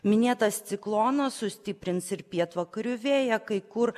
minėtas ciklonas sustiprins ir pietvakarių vėją kai kur